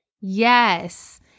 Yes